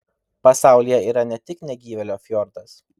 pasaulyje yra ne tik negyvėlio fjordas